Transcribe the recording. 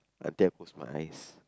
until I close my eyes